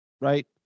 Right